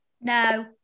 No